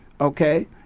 Okay